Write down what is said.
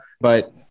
But-